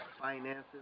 finances